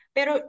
Pero